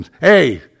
hey